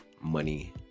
money